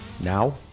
now